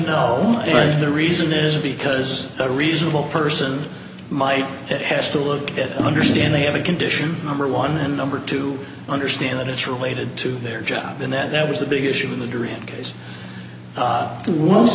and the reason is because a reasonable person might have to look at understand they have a condition number one and number two understand that it's related to their job and that that was a big issue in the